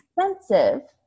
expensive